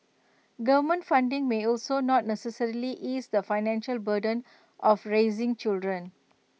government funding may also not necessarily ease the financial burden of raising children